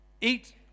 Eat